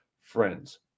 friends